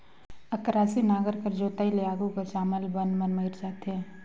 अकरासी नांगर कर जोताई ले आघु कर जामल बन मन मइर जाथे